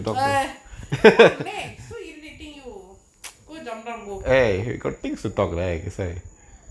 eh what may so irritating you go jump and go